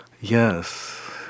Yes